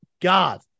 God